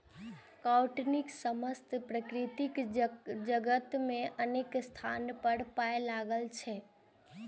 chitin समस्त प्रकृति जगत मे अनेक स्थान पर पाएल जाइ छै